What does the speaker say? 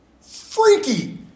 Freaky